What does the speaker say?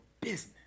business